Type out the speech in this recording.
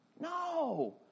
No